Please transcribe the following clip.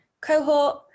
cohort